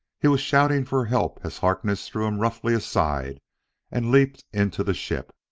he was shouting for help as harkness threw him roughly aside and leaped into the ship.